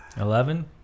Eleven